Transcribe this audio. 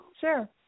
sure